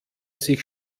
sich